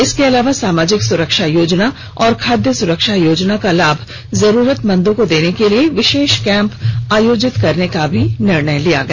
इसके अलावा सामाजिक सुरक्षा योजना और खाद्य सुरक्षा योजना का लाभ जरुरतमंदों को देने के लिए विशेष कैंप आयोजित करने का निर्णय लिया गया